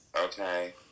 Okay